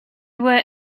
were